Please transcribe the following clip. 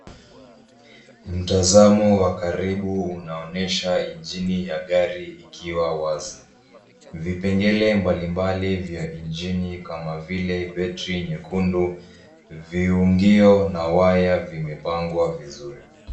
Mtazamo wa karibu unaonyesha injini ya gari ikiwa wazi. Vipengele mbali mbali vya injini kama vile battery nyekundu, viungio na waya vimepangwa vizuri.